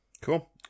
Cool